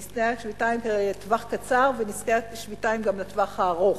נזקי השביתה הם לטווח קצר ונזקי השביתה הם גם לטווח הארוך,